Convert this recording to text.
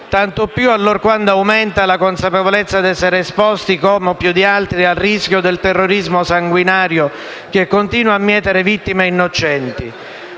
Tanto più allorquando aumenta la consapevolezza d'essere esposti, come o più di altri, al rischio del terrorismo sanguinario che continua a mietere vittime innocenti.